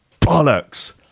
Bollocks